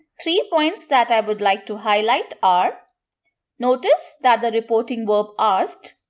three points that i would like to highlight are notice that the reporting verb asked,